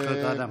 זכויות האדם.